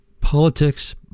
Politics